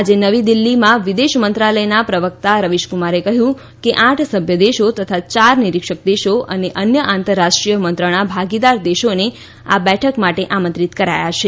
આજે નવી દિલ્લીમાં વિદેશ મંત્રાલયના પ્રવક્તા રવીશ કુમારે કહ્યું કે આઠ સભ્ય દેશો તથા ચાર નીરીક્ષક દેશો અને અન્ય આંતરરાષ્ટ્રીય મંત્રણા ભાગીદાર દેશોને આ બેઠક મળે આમંત્રીત કરાયા છે